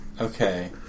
Okay